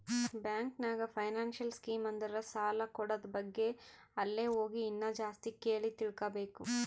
bank ನಾಗ್ financial scheme ಅಂದುರ್ ಸಾಲ ಕೂಡದ್ ಬಗ್ಗೆ ಅಲ್ಲೇ ಹೋಗಿ ಇನ್ನಾ ಜಾಸ್ತಿ ಕೇಳಿ ತಿಳ್ಕೋಬೇಕು